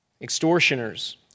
extortioners